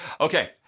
Okay